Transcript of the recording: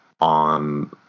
on